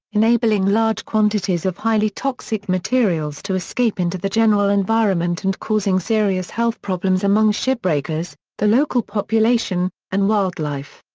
enabling large quantities of highly toxic materials to escape into the general environment and causing serious health problems among ship breakers, the local population, and wildlife.